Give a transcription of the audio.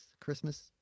Christmas